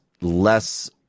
less